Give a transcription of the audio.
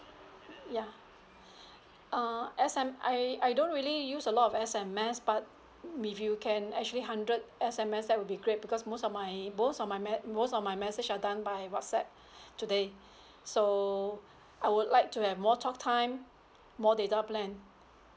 ya uh S_M I I don't really use a lot of S_M_S but if you can actually hundred S_M_S that will be great because most of my most of my met most of my message are done by WhatsApp today so I would like to have more talk time more data plan